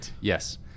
Yes